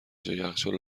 جا، یخچال